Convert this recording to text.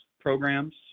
programs